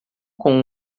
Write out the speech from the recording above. com